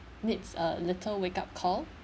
needs a little wake up call